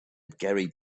gary